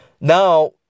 Now